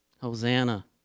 Hosanna